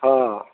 ହଁ